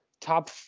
top